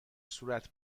صورت